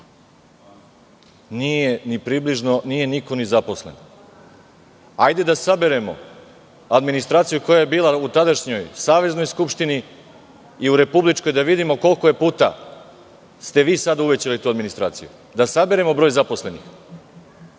Nije ni približno, nije niko ni zaposlen. Hajde da saberemo, administraciju koja je bila u tadašnjoj Saveznoj skupštini i u Republičkoj i da vidimo za koliko puta ste je vi sada uvećali. Da saberemo broj zaposlenih,